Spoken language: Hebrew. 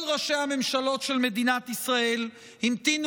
כל ראשי הממשלות של מדינת ישראל המתינו